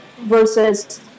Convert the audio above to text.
versus